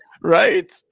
Right